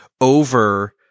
over